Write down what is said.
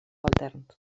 alterns